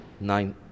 nine